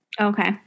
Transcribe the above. Okay